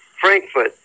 Frankfurt